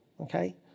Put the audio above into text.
Okay